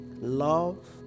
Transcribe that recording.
love